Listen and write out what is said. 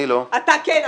אתה כן.